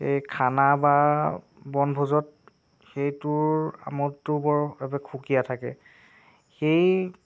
এই খানা বা বনভোজত সেইটোৰ আমোদটো বৰ সুকীয়া থাকে সেই